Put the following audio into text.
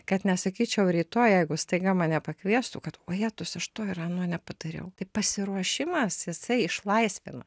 kad nesakyčiau rytoj jeigu staiga mane pakviestų kad ojėtus aš to ir ano nepadariau tai pasiruošimas jisai išlaisvina